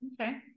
Okay